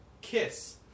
kiss